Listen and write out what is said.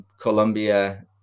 Colombia